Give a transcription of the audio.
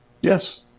Yes